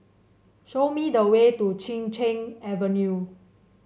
show me the way to Chin Cheng Avenue